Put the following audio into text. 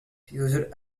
used